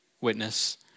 witness